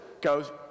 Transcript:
goes